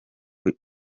kuri